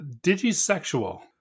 digisexual